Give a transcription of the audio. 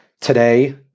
Today